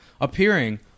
Appearing